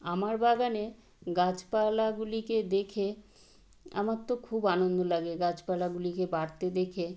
আমার বাগানে গাছপালাগুলিকে দেখে আমার তো খুব আনন্দ লাগে গাছপালাগুলিকে বাড়তে দেখে